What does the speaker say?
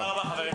תודה רבה, חברים.